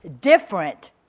different